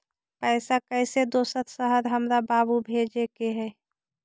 पैसा कैसै दोसर शहर हमरा बाबू भेजे के है?